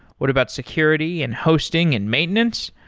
what about security and hosting and maintenance?